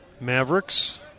Mavericks